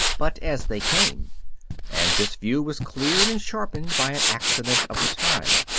but as they came and this view was cleared and sharpened by an accident of the time.